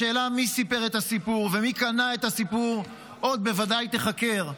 השאלה מי סיפר את הסיפור ומי קנה את הסיפור עוד בוודאי תיחקר,